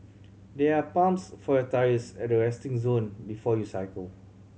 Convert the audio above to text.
there are pumps for your tyres at the resting zone before you cycle